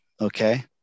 Okay